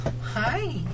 Hi